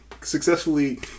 successfully